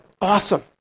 awesome